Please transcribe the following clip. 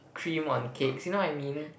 cream on cakes you know what I mean